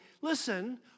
listen